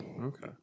Okay